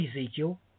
Ezekiel